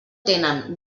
tenen